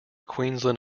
queensland